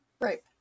Right